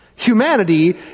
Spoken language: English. Humanity